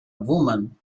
woman